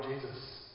Jesus